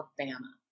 Alabama